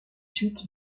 suites